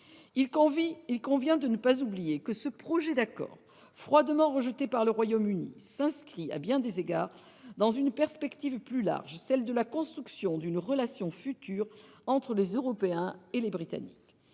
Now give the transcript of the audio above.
Il convient de ne pas oublier que ce projet d'accord, froidement rejeté par le Royaume-Uni, s'inscrit à bien des égards dans une perspective plus large, celle de la construction d'une relation future entre les Européens et les Britanniques.